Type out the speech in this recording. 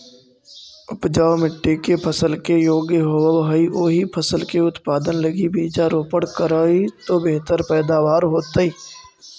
उपजाऊ मट्टी जे फसल के योग्य होवऽ हई, ओही फसल के उत्पादन लगी बीजारोपण करऽ तो बेहतर पैदावार होतइ